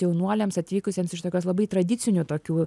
jaunuoliams atvykusiems iš tokios labai tradicinių tokių